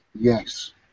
Yes